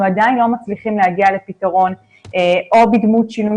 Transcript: אנחנו עדיין לא מצליחים להגיע לפתרון או בדמות שינוי